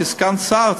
כסגן שר,